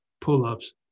pull-ups